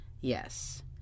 Yes